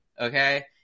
okay